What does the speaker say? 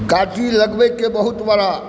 गाछी लगबैके बहुत बड़ा